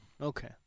Okay